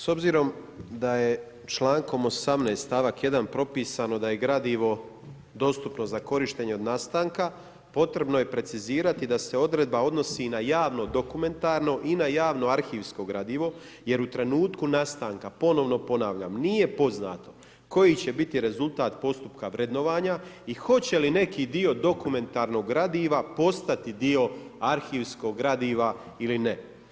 S obzirom da je člankom 18. stavak 1. propisano da je gradivo dostupno za korištenje od nastanka, potrebno je precizirati da se odredba odnosi na javno dokumentarno i na javno arhivsko gradivo jer u trenutku nastanka ponovno ponavljam nije poznato koji će biti rezultat postupka vrednovanja i hoće li neki dio dokumentarnog gradiva postati dio arhivskog gradiva ili ne.